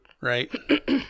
right